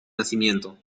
nacimiento